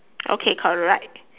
okay correct